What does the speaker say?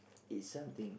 is something